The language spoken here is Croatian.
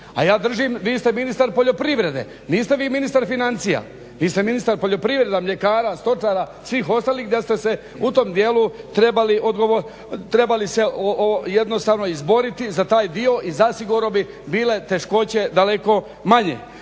A ja držim, vi ste ministar poljoprivrede, niste vi ministar financija vi ste ministar poljoprivrede, mljekara, stočara, svih ostalih da ste se u tom dijelu trebali se jednostavno izboriti za taj dio i zasigurno bi bile teškoće daleko manje.